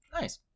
nice